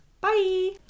Bye